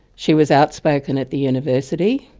she was outspoken at the university.